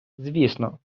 звісно